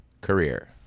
career